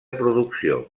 producció